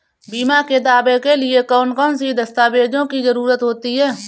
बीमा के दावे के लिए कौन कौन सी दस्तावेजों की जरूरत होती है?